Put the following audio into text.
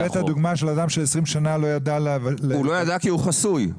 הבאת דוגמה של אדם שבמשך 20 שנה לא ידע --- הוא לא ידע כי הוא חסוי.